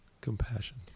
Compassion